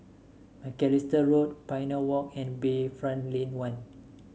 Macalister Road Pioneer Walk and Bayfront Lane One